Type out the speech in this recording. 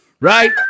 right